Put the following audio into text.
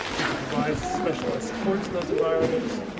we can provide specialized supports in those environments.